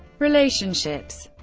relationships